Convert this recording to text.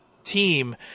team